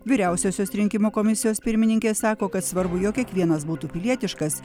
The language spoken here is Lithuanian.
vyriausiosios rinkimų komisijos pirmininkė sako kad svarbu jog kiekvienas būtų pilietiškas